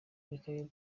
republika